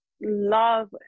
Love